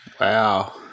wow